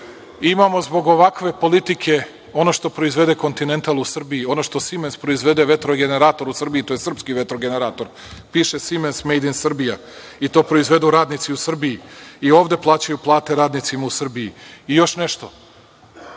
upravo zbog ovakve politike. Ono što proizvede „Kontinental“ u Srbiji, ono što „Simens“ proizvede, vetro generator u Srbiji, to je srpski vetro generator, piše „Simens“ made in Srbija. I to proizvedu radnici u Srbiji i ovde plaćaju plate radnicima u Srbiji. Još nešto,